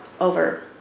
over